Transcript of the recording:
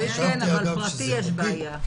בגוף פרטי יש בעיה.